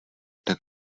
tak